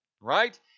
Right